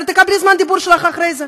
אחרי זה.